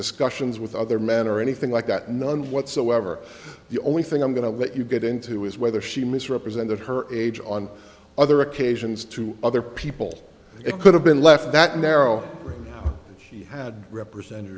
discussions with other men or anything like that none what so however the only thing i'm going to let you get into is whether she misrepresented her age on other occasions to other people it could have been left that narrow he had represent